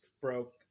broke